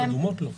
אדומות לא.